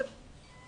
מצבם של הילדים